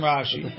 Rashi